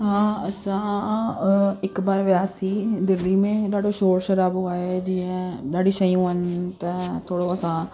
हा असां हिकु बार वियासीं दिल्ली में ॾाढो शोर शराबो आहे जीअं ॾाढी शयूं आहिनि त थोरो असां